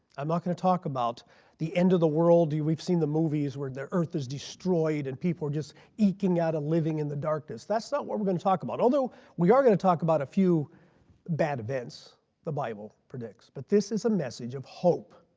i'm not going to talk about the end of the world. we've seen the movies where the earth is destroyed and people are just eeking eeking out a living in the darkness. that's not what we're going to talk about although we are going to talk about a few bad events the bible predicts. but this is a message of hope.